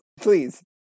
please